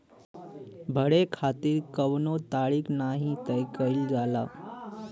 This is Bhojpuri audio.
भरे खातिर कउनो तारीख नाही तय कईल जाला